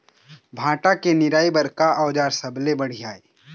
भांटा के निराई बर का औजार सबले बढ़िया ये?